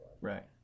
Right